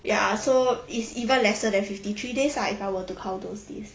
ya so it's even lesser than fifty three days ah if I were to count those days